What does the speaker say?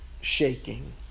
shaking